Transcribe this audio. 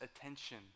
attention